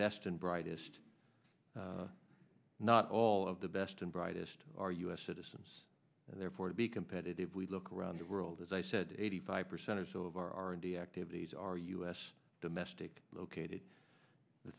best and brightest not all of the best and brightest are u s citizens and therefore to be competitive we look around the world as i said eighty five percent or so of our r and d activities are u s domestic located the